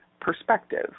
perspective